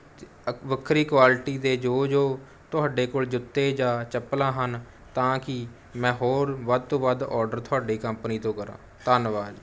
ਅਤੇ ਵੱਖਰੀ ਕੁਆਲਿਟੀ ਦੇ ਜੋ ਜੋ ਤੁਹਾਡੇ ਕੋਲ ਜੁੱਤੇ ਜਾਂ ਚੱਪਲਾਂ ਹਨ ਤਾਂ ਕਿ ਮੈਂ ਹੋਰ ਵੱਧ ਤੋਂ ਵੱਧ ਆਰਡਰ ਤੁਹਾਡੀ ਕੰਪਨੀ ਤੋਂ ਕਰਾਂ ਧੰਨਵਾਦ